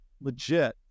legit